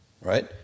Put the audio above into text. right